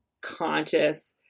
conscious